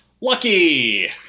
Lucky